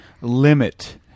limit